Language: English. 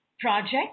project